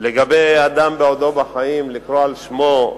לגבי אדם בעודו בחיים לקרוא על שמו,